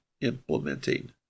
implementing